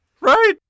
Right